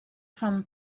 fun